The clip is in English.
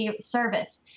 service